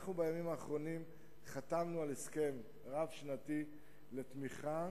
בימים האחרונים חתמנו על הסכם רב-שנתי לתמיכה